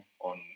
on